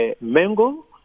Mango